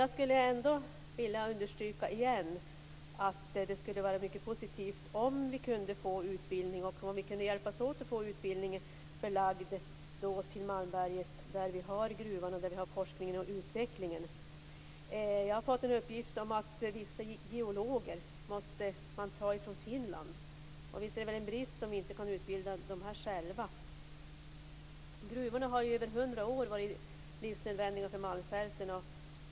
Jag vill återigen understryka att det skulle vara positivt om utbildningen kunde bli förlagd till Malmberget där gruvorna, forskningen och utvecklingen finns. Jag har fått en uppgift att geologer måste rekryteras från Finland. Visst är det en brist om vi inte kan utbilda dem själva. Gruvorna har i över hundra år varit livsnödvändiga för Malmfälten.